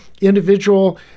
individual